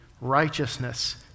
righteousness